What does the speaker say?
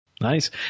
Nice